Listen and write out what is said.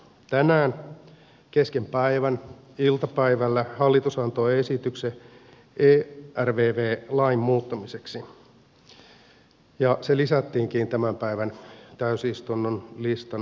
tänään kesken päivän iltapäivällä hallitus antoi esityksen ervv lain muuttamiseksi ja se lisättiinkin tämän päivän täysistunnon listan viimeiseksi